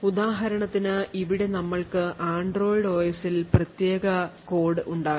ഉദാഹരണത്തിന് ഇവിടെ നമ്മൾക്കു Android OS ൽ പ്രത്യേക കോഡ് ഉണ്ടാകാം